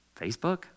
Facebook